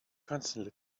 constantly